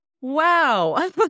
wow